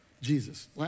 Jesus